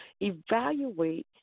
evaluate